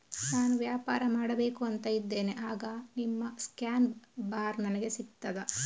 ನಾನು ವ್ಯಾಪಾರ ಮಾಡಬೇಕು ಅಂತ ಇದ್ದೇನೆ, ಆಗ ನಿಮ್ಮ ಸ್ಕ್ಯಾನ್ ಬಾರ್ ನನಗೆ ಸಿಗ್ತದಾ?